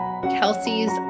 Kelsey's